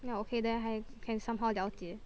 ya okay then I can somehow 了解